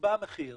נקבע מחיר.